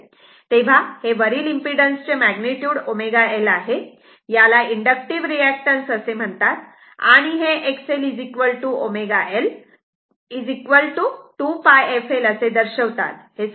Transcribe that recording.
तेव्हा हे वरील इम्पीडन्स चे मॅग्निट्युड ω L आहे याला इन्डक्टिव्ह रिऍक्टन्स असे म्हणतात आणि हे XL ω L 2πf L असे दर्शवतात